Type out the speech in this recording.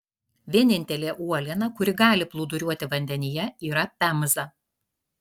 vienintelė uoliena kuri gali plūduriuoti vandenyje yra pemza